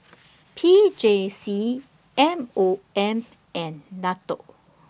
P J C M O M and NATO